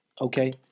okay